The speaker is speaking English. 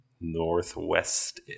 northwest